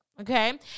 okay